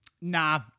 Nah